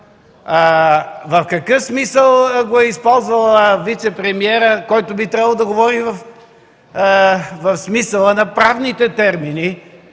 В какъв смисъл го е използвал вицепремиерът, който би трябвало да говори в смисъла на правните термини,